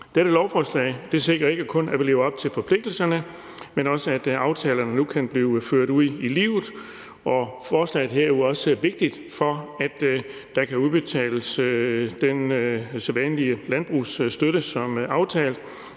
Dette lovforslag sikrer ikke kun, at vi lever op til forpligtelserne, men også, at aftalerne nu kan blive ført ud i livet. Og forslaget her er jo også vigtigt, for at der kan udbetales den sædvanlige landbrugsstøtte som aftalt